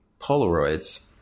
Polaroids